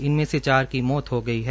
इनमें से चार की मौत हो गई है